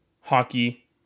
hockey